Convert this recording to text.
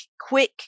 quick